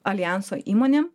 aljanso įmonėm